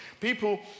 People